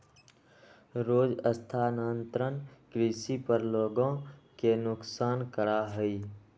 रोहन स्थानांतरण कृषि पर लोग के नुकसान करा हई